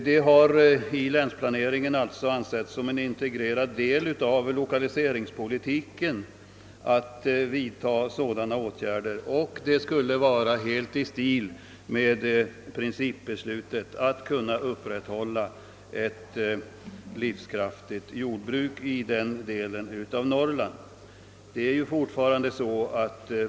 Det har alltså i länsplaneringen ansetts vara en integrerande del av lokaliseringspolitiken att vidta sådana åtgärder, och det skulle vara helt i stil med principbeslutet att upprätthålla ett livskraftigt jordbruk i den delen av Norrland.